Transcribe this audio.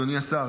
אדוני השר,